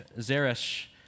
Zeresh